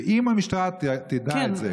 ואם המשטרה תדע את זה,